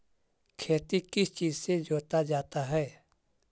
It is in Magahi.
खेती किस चीज से जोता जाता है?